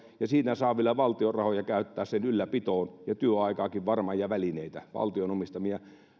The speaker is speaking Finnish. ja saa vielä valtion rahoja käyttää sen ylläpitoon ja työaikaakin varmaan ja valtion omistamia